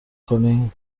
کنی